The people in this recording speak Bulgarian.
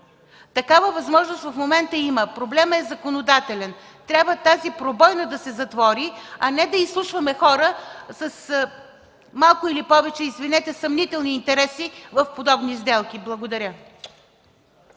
Такава възможност в момента има, проблемът е законодателен. Тази пробойна трябва да се затвори, а не да изслушваме хора с малко или повече, извинете, съмнителни интереси в подобни сделки. Благодаря.